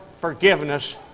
forgiveness